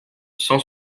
cent